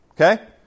Okay